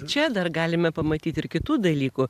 čia dar galime pamatyt ir kitų dalykų